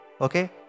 Okay